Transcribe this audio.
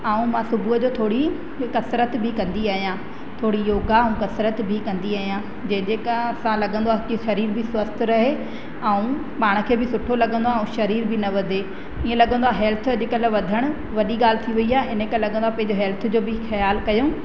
ऐं मां सुबुह जो थोरी कसरत बि कंदी आहियां थोरी योगा कसरत बि कंदी आहियां जंहिंजे का असां लॻंदो आहे की शरीरु बि सवस्थ रहे ऐं पाण खे बि सुठो लॻंदो आहे ऐं शरीरु बि न वधे ईअं लॻंदो आहे हैल्थ अॼुकल्ह वधणु वॾी ॻाल्हि थोरी आहे इन खां लॻंदो आहे पंहिंजे हैल्थ जो बि ख़्यालु कयूं